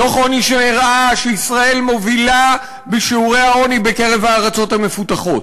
דוח עוני שהראה שישראל מובילה בשיעורי העוני בקרב הארצות המפותחות,